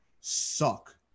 suck